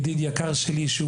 ידיד יקר שלי,